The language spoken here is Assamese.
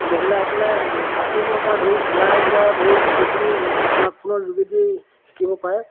মহিলাসকলে কাটিঙৰ পৰা ধৰি চিলাইৰ পৰা ধৰি গোটেইখিনি স্মাৰ্টফোনৰ যোগেদিয়েই শিকিব পাৰে